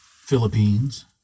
Philippines